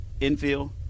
infield